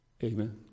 Amen